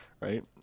right